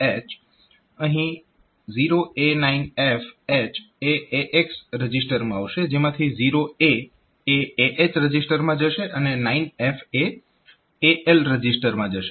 અહીં 0A9F H એ AX રજીસ્ટરમાં આવશે જેમાંથી આ 0A એ AH રજીસ્ટરમાં જશે અને 9F એ AL રજીસ્ટરમાં જશે